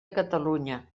catalunya